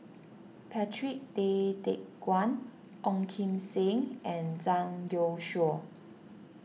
Patrick Tay Teck Guan Ong Kim Seng and Zhang Youshuo